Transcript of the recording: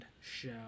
show